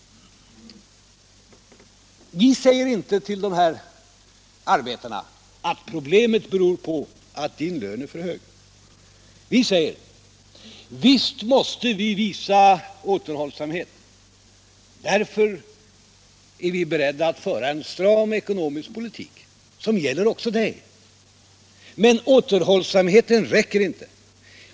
Vi säger inte till de här arbetarna att problemet beror på att deras löner är för höga, utan vi säger: Visst måste vi visa återhållsamhet, och därför är vi beredda att föra en stram ekonomisk politik, som gäller också er. Men återhållsamheten räcker inte.